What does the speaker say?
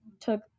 took